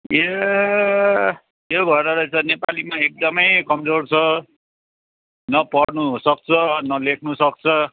ए त्यो भएर रहेछ नेपालीमा एकदमै कमजोड छ न पढ्नु सक्छ न लेख्नु सक्छ